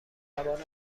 زبان